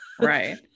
Right